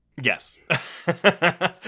Yes